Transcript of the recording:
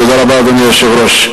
תודה רבה, אדוני היושב-ראש.